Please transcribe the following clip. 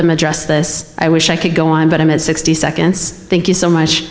them address this i wish i could go on but i'm at sixty seconds thank you so much